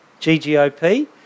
GGOP